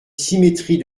symétrie